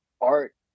art